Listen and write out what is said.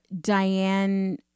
Diane